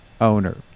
owner